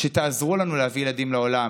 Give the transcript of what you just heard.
שתעזרו לנו להביא ילדים לעולם,